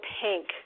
pink